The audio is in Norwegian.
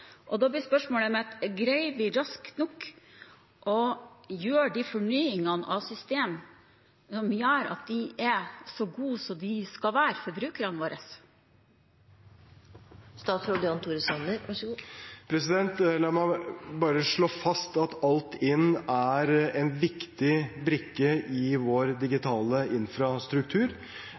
framover. Da blir spørsmålet mitt: Greier vi raskt nok å gjøre de fornyingene av systemene som gjør at de er så gode som de skal være for brukerne? La meg bare slå fast at Altinn er en viktig brikke i vår digitale infrastruktur.